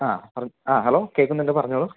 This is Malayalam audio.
ആ ആ ഹലോ കേൾക്കുന്നുണ്ട് പറഞ്ഞോളൂ